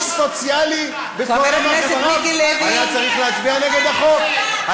היה צריך להצביע נגד החוק.